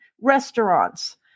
restaurants